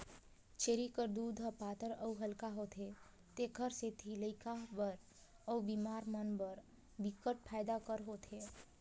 छेरी कर दूद ह पातर अउ हल्का होथे तेखर सेती लइका बर अउ बेमार मन बर बिकट फायदा कर होथे